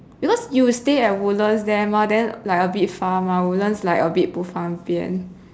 because you stay at woodlands there mah then like a bit far mah woodlands like a bit 不方便